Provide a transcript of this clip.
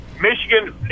Michigan